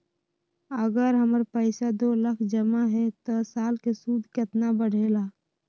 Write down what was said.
अगर हमर पैसा दो लाख जमा है त साल के सूद केतना बढेला?